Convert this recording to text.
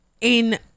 in-